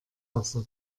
wasser